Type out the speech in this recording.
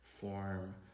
form